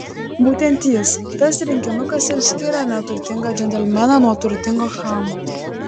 būtent jis tas rinkinukas ir skiria neturtingą džentelmeną nuo turtingo chamo